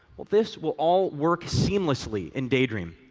well, this will all work seamlessly in daydream.